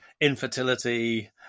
infertility